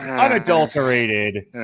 Unadulterated